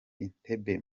entebbe